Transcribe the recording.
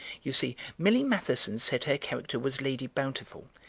you see, millie matheson said her character was lady bountiful,